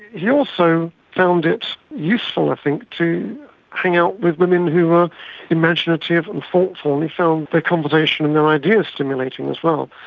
he also found it useful i think to hang out with women who were imaginative and thoughtful, and he found their conversation and their ideas stimulating as well.